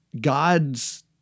God's